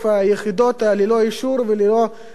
וללא אישור וללא שום הסדר.